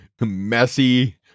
messy